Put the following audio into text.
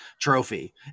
trophy